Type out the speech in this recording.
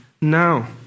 now